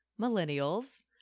millennials